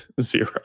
Zero